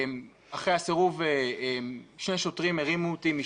אחרי הסירוב שני שוטרים הרימו אותי,